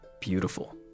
beautiful